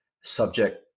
subject